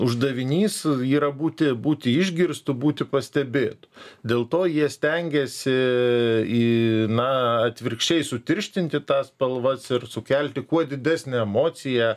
uždavinys yra būti būti išgirstu būti pastebėtu dėl to jie stengiasi į na atvirkščiai sutirštinti tą spalvas ir sukelti kuo didesnę emociją